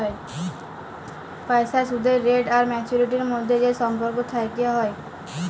পইসার সুদের রেট আর ম্যাচুয়ারিটির ম্যধে যে সম্পর্ক থ্যাকে হ্যয়